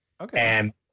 Okay